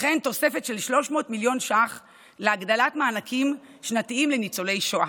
תוספת של 300 מיליון ש"ח להגדלת מענקים שנתיים לניצולי שואה,